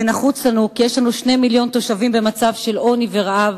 זה נחוץ לנו כי יש לנו 2 מיליוני תושבים במצב של עוני ורעב,